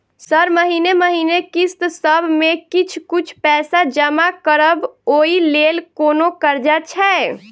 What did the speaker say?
Sir महीने महीने किस्तसभ मे किछ कुछ पैसा जमा करब ओई लेल कोनो कर्जा छैय?